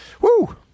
Woo